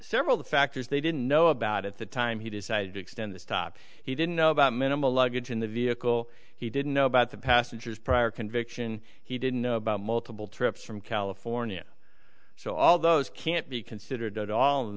several the factors they didn't know about at the time he decided to extend the stop he didn't know about minimal luggage in the vehicle he didn't know about the passenger's prior conviction he didn't know about multiple trips from california so all those can't be considered at all